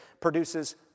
produces